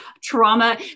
trauma